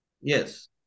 yes